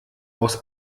aus